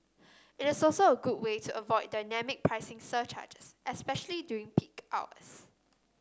it is also a good way to avoid dynamic pricing surcharges especially during peak hours